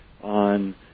on